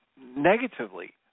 negatively